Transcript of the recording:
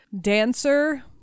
dancer